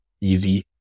easy